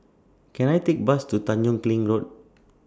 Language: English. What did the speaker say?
Can I Take Bus to Tanjong Kling Road